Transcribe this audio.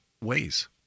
ways